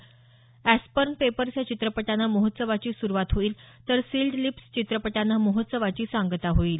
Aspern Papers या चित्रपटानं महोत्सवाची सुरुवात तर सिल्ड लिप्स चित्रपटानं महोत्सवाची सांगता होईल